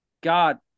God